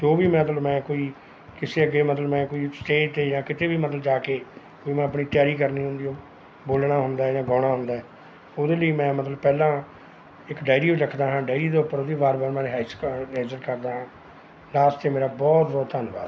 ਜੋ ਵੀ ਮਤਲਬ ਮੈਂ ਕੋਈ ਕਿਸੇ ਅੱਗੇ ਮਤਲਬ ਮੈਂ ਕੋਈ ਸਟੇਜ 'ਤੇ ਜਾਂ ਕਿਤੇ ਵੀ ਮਤਲਬ ਜਾ ਕੇ ਵੀ ਮੈਂ ਆਪਣੀ ਤਿਆਰੀ ਕਰਨੀ ਹੁੰਦੀ ਹੈ ਬੋਲਣਾ ਹੁੰਦਾ ਜਾਂ ਗਾਉਣਾ ਹੁੰਦਾ ਉਹਦੇ ਲਈ ਮੈਂ ਮਤਲਬ ਪਹਿਲਾਂ ਇੱਕ ਡਾਇਰੀ ਹੋਈ ਰੱਖਦਾ ਹਾਂ ਡਾਇਰੀ ਦੇ ਉੱਪਰ ਉਹਦੀ ਵਾਰ ਵਾਰ ਮੈਂ ਕਾ ਕਰਦਾ ਹਾਂ ਲਾਸਟ 'ਤੇ ਮੇਰਾ ਬਹੁਤ ਬਹੁਤ ਧੰਨਵਾਦ